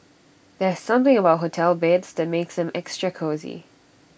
there's something about hotel beds that makes them extra cosy